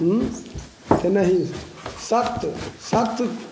उँ तेनाहि सत सत